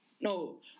no